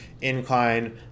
incline